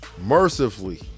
Mercifully